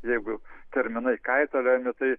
jeigu terminai kaitaliojami tai